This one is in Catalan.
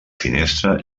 finestra